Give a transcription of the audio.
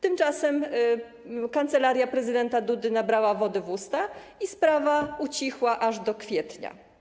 Tymczasem kancelaria prezydenta Dudy nabrała wody w usta i sprawa ucichła aż do kwietnia.